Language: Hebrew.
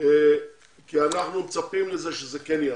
אנו מצפים שזה כן ייעשה.